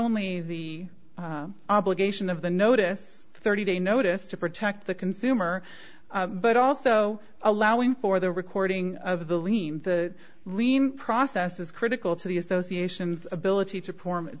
only the obligation of the notice thirty day notice to protect the consumer but also allowing for the recording of the lean lean process is critical to the associations ability to perform it